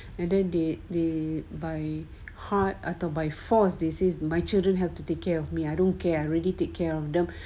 and then they they by hard atau by force they says my children have to take care of me I don't care already take care of them